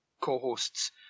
co-hosts